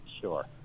Sure